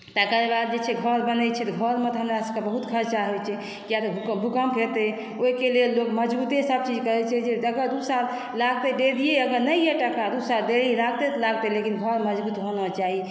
तकर बाद जे छै से घर बनै छै तऽ घरमे तऽ हमरा सभके बहुत खर्चा होइ छै कियाकी तऽ भूकम्प हेतै ओहिके लेल लोग मजबूते सभ किछु करै छै जे अगर दू साल लागतै देरीय अगर नहि अय तत्काल दू साल देरी लागतै तऽ लागतै लेकिन घर मजबूत होना चाही